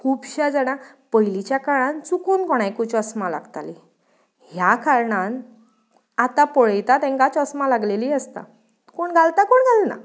खुबश्या जाणांक पयलींच्या काळान चुकून कोणायकूय चस्मा लागतालीं ह्या कारणान आतां पळयता तेंकां चश्मा लागलेलीं आसता कोण घालता कोणा घालना